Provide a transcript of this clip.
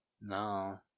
No